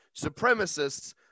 Supremacists